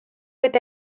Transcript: eta